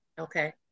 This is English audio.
Okay